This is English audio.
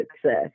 success